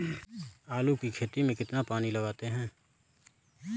आलू की खेती में कितना पानी लगाते हैं?